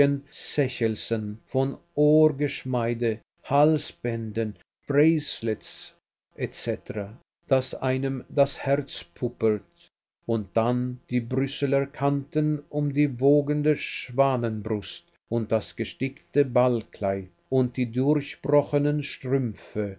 von ohrgeschmeide halsbändern bracelets et cetera daß einem das herz puppert und dann die brüsseler kanten um die wogende schwanenbrust und das gestickte ballkleid und die durchbrochenen strümpfe